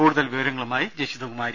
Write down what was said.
കൂടുതൽ വിവരങ്ങളുമായി ജഷിത കുമാരി